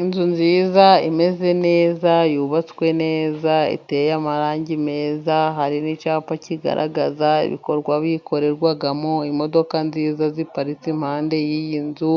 Inzu nziza, imeze neza, yubatswe neza, iteye amarangi meza, hari n'icyapa kigaragaza ibikorwa bikorerwamo, imodoka nziza ziparitse impande y'iyi nzu